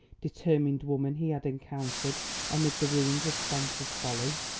determined woman he had encountered amid the ruins of spencer's folly.